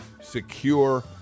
secure